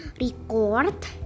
record